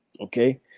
okay